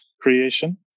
creation